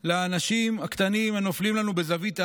לאנשים הקטנים הנופלים לנו בזווית העין.